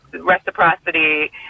reciprocity